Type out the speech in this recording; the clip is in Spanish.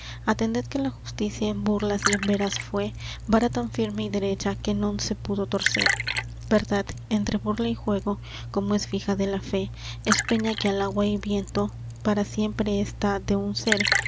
atended que la justicia en burlas y en veras fué vara tan firme y derecha que non se pudo torcer verdad entre burla y juego como es fija de la fe es peña que al agua y viento para siempre está de un sér